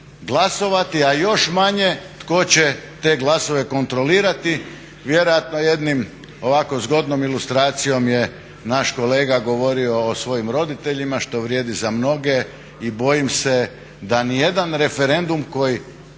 glasovati,a još manje tko će te glasove kontrolirati vjerojatno jednim ovako zgodnom ilustracijom je naš kolega govorio o svojim roditeljima što vrijedi za mnoge i bojim se da ni jedan referendum koji